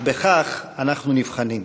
אך בכך אנחנו נבחנים,